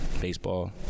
baseball